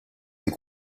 ses